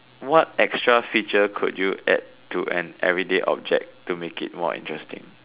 what extra feature could you add to an everyday object to make it more interesting